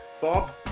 Bob